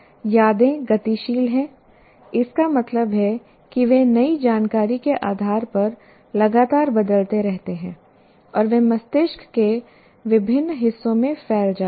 यादें गतिशील हैं इसका मतलब है कि वे नई जानकारी के आधार पर लगातार बदलते रहते हैं और वे मस्तिष्क के विभिन्न हिस्सों में फैल जाते हैं